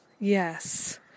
Yes